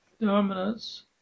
dominance